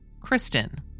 Kristen